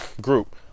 group